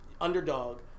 underdog